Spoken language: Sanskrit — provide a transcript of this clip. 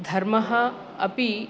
धर्मः अपि